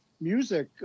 music